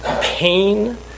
pain